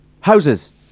Houses